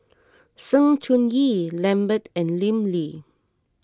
Sng Choon Yee Lambert and Lim Lee